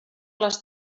les